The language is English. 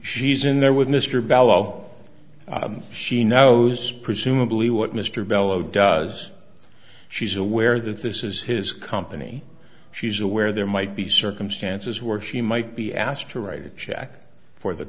she's in there with mr bello she knows presumably what mr bellowed does she's aware that this is his company she's aware there might be circumstances where she might be asked to write a check for the